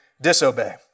disobey